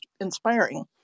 inspiring